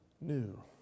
new